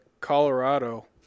colorado